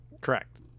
Correct